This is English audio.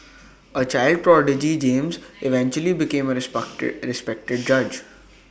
A child prodigy James eventually became A responded respected judge